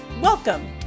Welcome